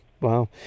wow